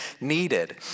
needed